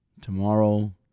Tomorrow